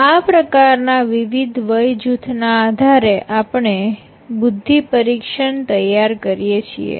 આ પ્રકારના વિવિધ વય જૂથના આધારે આપણે બુદ્ધિ પરીક્ષણ તૈયાર કરીએ છીએ